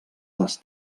les